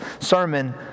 sermon